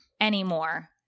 anymore